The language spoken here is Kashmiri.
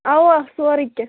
اوا سورٕے کیٚنٛہہ